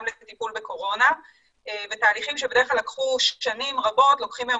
לטיפול בקורונה ותהליכים שבדרך כלל לקחו שנים רבות לוקחים היום